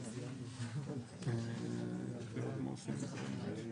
שנה וחצי לא נחתם עדיין.